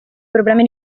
problemi